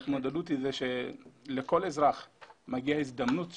ההתמודדות היא שלכל אזרח מגיעה הזדמנות שנייה,